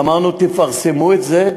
ואמרנו: תפרסמו את זה,